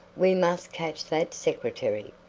we must catch that secretary!